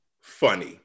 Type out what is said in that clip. funny